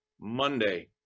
Monday